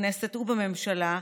בכנסת ובממשלה,